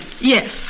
Yes